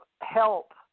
help